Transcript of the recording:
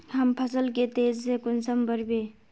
हम फसल के तेज से कुंसम बढ़बे?